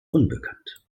unbekannt